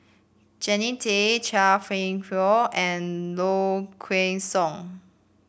Jannie Tay Chia Kwek Fah and Low Kway Song